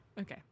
okay